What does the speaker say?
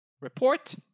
report